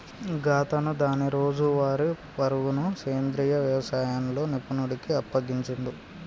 గాతను దాని రోజువారీ పరుగును సెంద్రీయ యవసాయంలో నిపుణుడికి అప్పగించిండు